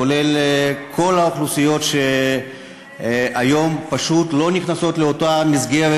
כולל כל האוכלוסיות שהיום פשוט לא נכנסות לאותה מסגרת,